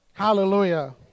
Hallelujah